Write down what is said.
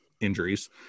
injuries